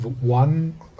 one